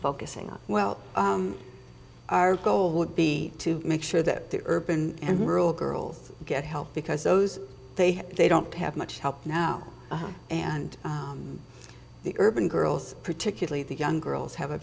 focusing on well our goal would be to make sure that urban and rural girls get help because those they have they don't have much help now and the urban girls particularly the young girls have a